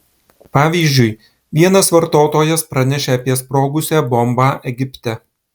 pavyzdžiui vienas vartotojas pranešė apie sprogusią bombą egipte